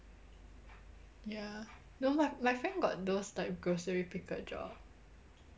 ya no my my friend got those like grocery picker job